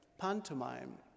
Pantomime